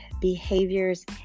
behaviors